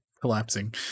collapsing